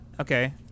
Okay